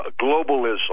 globalism